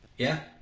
yeah?